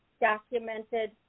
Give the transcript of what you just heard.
documented